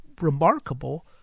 remarkable